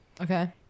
okay